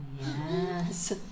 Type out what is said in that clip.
Yes